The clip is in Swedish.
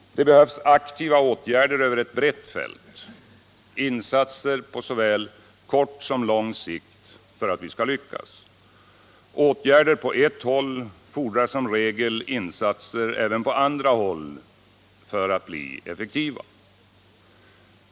Det behövs aktiva åtgärder över ett brett fält — insatser på såväl kort som lång sikt — för att lyckas. Åtgärder på ett håll fordrar som regel insatser även på andra håll för att bli effektiva.